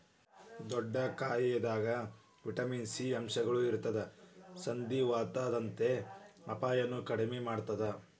ಡೊಣ್ಣಗಾಯಿದಾಗ vitamin C ಅಂಶಗಳು ಇರತ್ತದ ಸಂಧಿವಾತದಂತ ಅಪಾಯನು ಕಡಿಮಿ ಮಾಡತ್ತದ